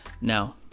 Now